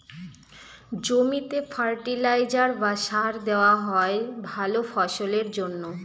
জমিতে ফার্টিলাইজার বা সার দেওয়া হয় ভালা ফসলের জন্যে